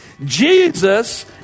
Jesus